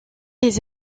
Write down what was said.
les